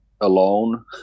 alone